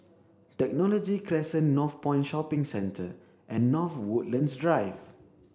Technology Crescent Northpoint Shopping Centre and North Woodlands Drive